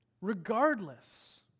Regardless